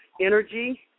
energy